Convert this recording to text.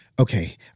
Okay